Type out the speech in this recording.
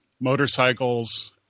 motorcycles